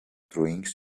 drinks